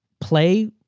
Play